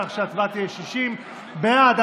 כך שההצבעה תהיה 60. בעד,